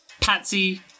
Patsy